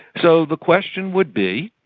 so the question would be,